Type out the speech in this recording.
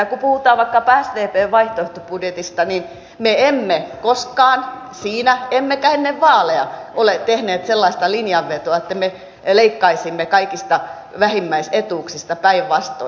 kun puhutaan vaikkapa sdpn vaihtoehtobudjetista niin me emme koskaan siinä emmekä ennen vaaleja ole tehneet sellaista linjanvetoa että me leikkaisimme kaikista vähimmäisetuuksista päinvastoin